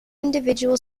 individual